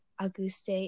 Auguste